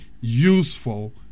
useful